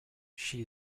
she